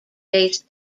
based